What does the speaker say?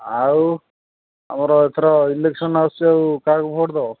ଆଉ ଆମର ଏଥର ଇଲେକ୍ସନ୍ ଆସୁଛି ଆଉ କାହାକୁ ଭୋଟ୍ ଦେବ